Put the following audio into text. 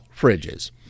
fridges